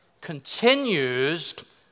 continues